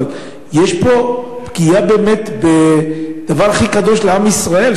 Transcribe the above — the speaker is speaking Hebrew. אבל יש פגיעה באמת בדבר הכי קדוש לעם ישראל.